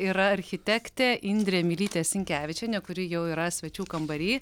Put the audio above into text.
yra architektė indrė mylytė sinkevičienė kuri jau yra svečių kambary